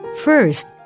First